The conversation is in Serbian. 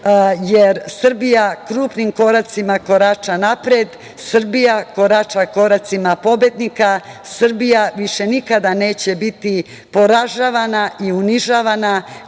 jer Srbija krupnim koracima korača napred. Srbija korača koracima pobednika. Srbija više nikada neće biti poražavana i unižavana,